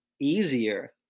easier